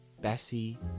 Bessie